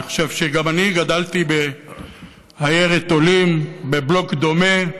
אני חושב שגם אני גדלתי בעיירת עולים, בבלוק דומה,